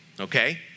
okay